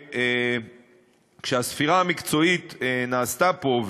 כשהספירה המקצועית נעשתה פה,